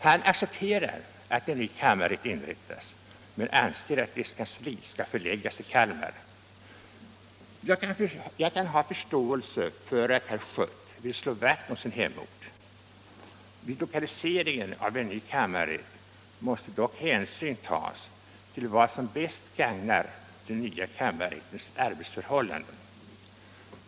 Han accepterar att en ny kammarrätt inrättas men anser att dess kansli skall förläggas till Kalmar. Jag kan ha förståelse för att herr Schött vill slå vakt om sin hemort. Vid lokaliseringen av en ny kammarrätt måste dock hänsyn tas till vad som bäst gagnar den nya kammarrättens arbetsförhållanden.